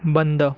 बंद